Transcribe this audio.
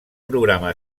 programa